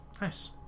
Nice